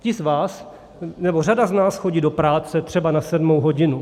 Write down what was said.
Ti z vás, nebo řada z nás chodí do práce třeba na sedmou hodinu.